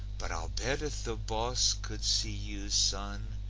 but i'll bet if the boss could see you, son,